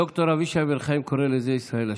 ד"ר אבישי בן חיים קורא לזה ישראל השנייה.